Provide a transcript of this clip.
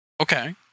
Okay